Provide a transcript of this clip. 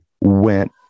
went